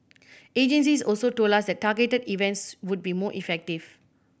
agencies also told us that targeted events would be more effective